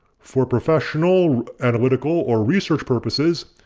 for professional, analytical, or research purposes,